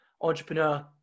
entrepreneur